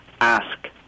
ask